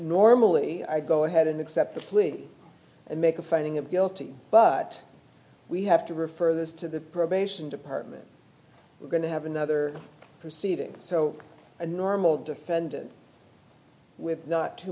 normally i go ahead and accept the plea and make a finding of guilty but we have to refer this to the probation department we're going to have another proceeding so a normal defendant with not too